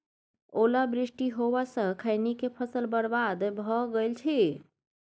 ओला वृष्टी होबा स खैनी के फसल बर्बाद भ गेल अछि?